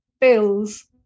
Bills